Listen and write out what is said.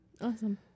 awesome